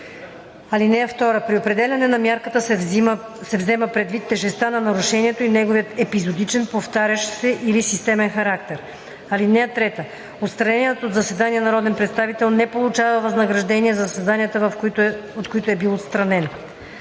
комисия. (2) При определяне на мярката се взема предвид тежестта на нарушението и неговия епизодичен, повтарящ се или системен характер. (3) Отстраненият от заседание народен представител не получава възнаграждение за заседанията, от които е бил отстранен“.